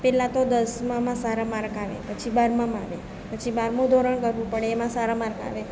પેલા તો દસમામાં સારા માર્ક આવે પછી બારમામાં આવે પછી બારમું ધોરણ કરવું પડે એમાં સારા માર્ક આવે